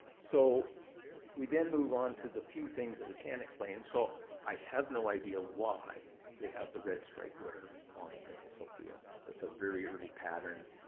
so we then move on to the few things that we can explain. so i have no idea why they have the red stripe ware on the princess sophia. that's a very early pattern.